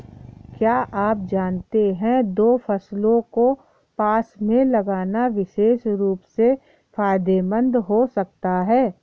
क्या आप जानते है दो फसलों को पास में लगाना विशेष रूप से फायदेमंद हो सकता है?